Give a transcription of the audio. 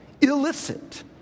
illicit